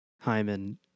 Hyman